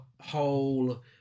whole